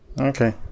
Okay